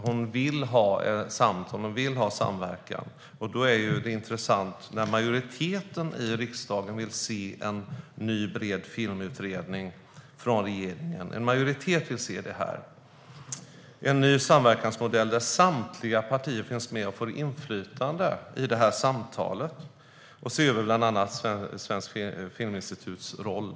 Ministern säger att hon vill ha samverkan. Majoriteten i riksdagen vill se en ny bred filmutredning från regeringen. En majoritet vill se en ny samverkansmodell där samtliga partier finns med och får inflytande i det här samtalet och se över bland annat Svenska Filminstitutets roll.